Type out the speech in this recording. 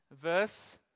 Verse